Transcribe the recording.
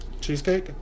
Cheesecake